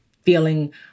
feeling